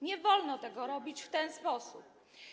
Nie wolno tego robić w ten sposób.